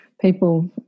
people